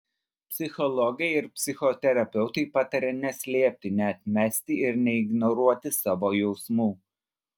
psichologai ir psichoterapeutai pataria neslėpti neatmesti ir neignoruoti savo jausmų